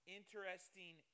interesting